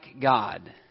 God